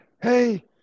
Hey